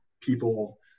people